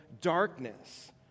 darkness